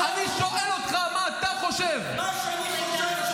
1,500 נרצחים כשהוא השר לביטחון לאומי.